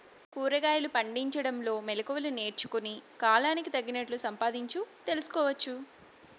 కూరగాయలు పండించడంలో మెళకువలు నేర్చుకుని, కాలానికి తగినట్లు సంపాదించు తెలుసుకోవచ్చు